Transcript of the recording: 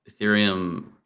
Ethereum